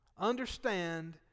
Understand